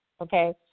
okay